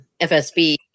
fsb